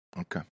Okay